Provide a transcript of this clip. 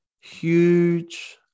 huge